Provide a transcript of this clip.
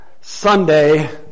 Sunday